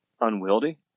unwieldy